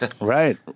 Right